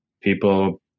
people